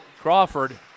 Crawford